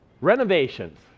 Renovations